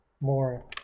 more